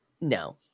No